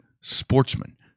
Sportsman